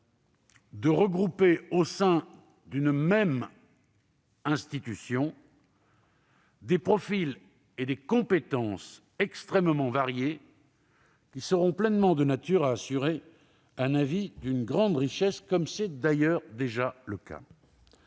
de regrouper au sein d'une même institution des profils et des compétences extrêmement variés qui seront pleinement de nature à assurer un avis d'une grande richesse, comme c'est d'ailleurs déjà le cas.